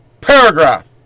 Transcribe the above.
paragraph